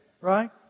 right